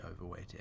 overweight